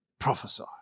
Prophesy